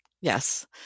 Yes